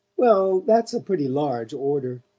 well, that's a pretty large order.